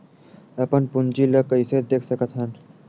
अपन पूंजी ला कइसे देख सकत हन?